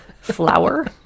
flour